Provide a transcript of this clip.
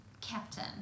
captain